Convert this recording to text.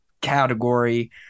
category